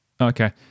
Okay